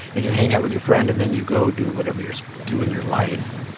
and you hang out with your friend. and then you go do whatever you're doing, your life.